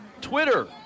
twitter